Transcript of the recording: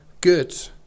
good